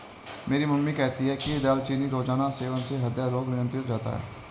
मेरी मम्मी कहती है कि दालचीनी रोजाना सेवन से हृदय रोग नियंत्रित रहता है